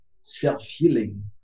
self-healing